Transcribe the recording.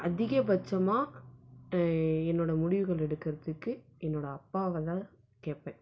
அதிகப்பட்சமாக என்னோடய முடிவுகள் எடுக்கிறதுக்கு என்னோடய அப்பாவைதான் கேட்பேன்